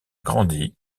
grandi